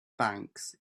banks